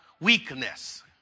weakness